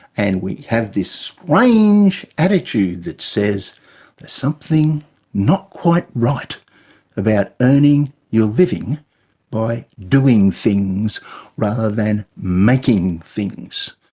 and we have this strange attitude that says there's something not quite right about earning your living by doing things rather than making things.